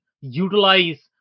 utilize